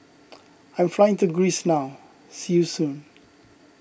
I am flying to Greece now see you soon